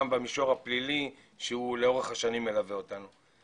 במישור הפלילי שהוא לאורך שנים מלווה אותנו.